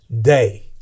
day